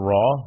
Raw